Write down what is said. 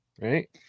right